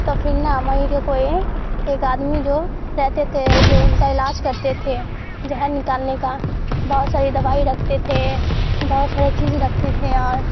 تو پھر نہ وہیں کے کوئی ایک آدمی جو رہتے تھے جو ان کا علاج کرتے تھے زہر نکالنے کا بہت ساری دوائی رکھتے تھے بہت سارے چیزیں رکھتے تھے اور